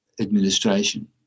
administration